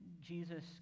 Jesus